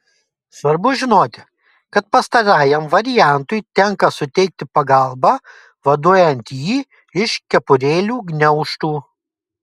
svarbu žinoti kad pastarajam variantui tenka suteikti pagalbą vaduojant jį iš kepurėlių gniaužtų